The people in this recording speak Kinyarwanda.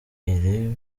iri